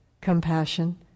compassion